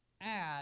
add